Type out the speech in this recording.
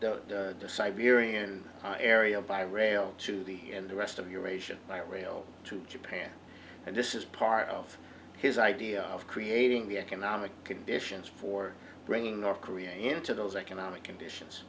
link the siberian area by rail to the rest of your ration by rail to japan and this is part of his idea of creating the economic conditions for bringing north korea into those economic conditions